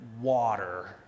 water